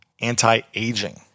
anti-aging